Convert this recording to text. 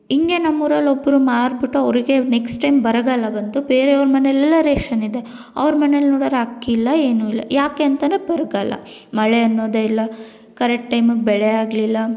ಹಿಂಗೆ ನಮ್ಮೂರಲ್ಲಿ ಒಬ್ರು ಮಾರಿಬಿಟ್ಟು ಅವರಿಗೆ ನೆಕ್ಸ್ಟ್ ಟೈಮ್ ಬರಗಾಲ ಬಂತು ಬೇರೆಯವ್ರ ಮನೇಲೆಲ್ಲ ರೇಷನ್ ಇದೆ ಅವ್ರ ಮನೇಲಿ ನೋಡಿದ್ರೆ ಅಕ್ಕಿ ಇಲ್ಲ ಏನೂ ಇಲ್ಲ ಯಾಕೆ ಅಂತೆಂದ್ರೆ ಬರಗಾಲ ಮಳೆ ಅನ್ನೋದೇ ಇಲ್ಲ ಕರೆಕ್ಟ್ ಟೈಮಗೆ ಬೆಳೆ ಆಗ್ಲಿಲ್ಲ